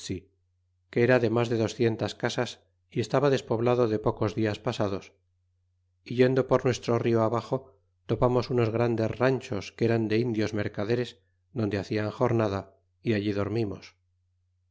que era de mas de docientas casas y estaba despoblado de pocos días pasados é yendo por nuestro rio abaxo topamos unos grandes ranchos que eran de indios mercaderes donde hacian jornada y allí dormimos